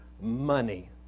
money